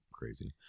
crazy